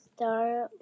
Start